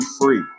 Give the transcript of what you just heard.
free